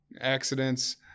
accidents